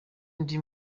ndi